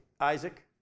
Isaac